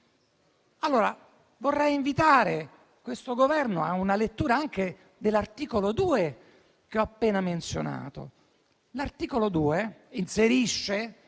Vorrei invitare questo Governo a una lettura anche dell'articolo 2 che ho appena menzionato, che inserisce